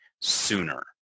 sooner